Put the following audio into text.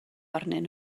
arnyn